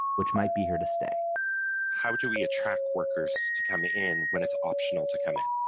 which might be here to stay how do we attract workers to come in when it's optional to come in?